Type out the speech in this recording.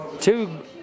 two